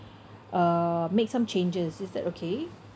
uh make some changes is that okay